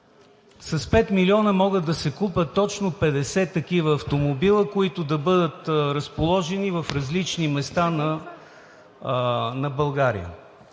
С 5 милиона могат да се купят точно 50 такива автомобила, които да бъдат разположени в различни места на България.